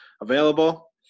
available